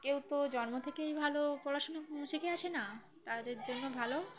কেউ তো জন্ম থেকেই ভালো পড়াশুনো শিখে আসে না তাদের জন্য ভালো